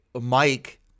Mike